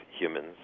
humans